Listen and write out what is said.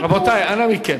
רבותי, אנא מכם.